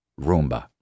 Roomba